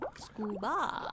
Scuba